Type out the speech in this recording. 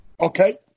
Okay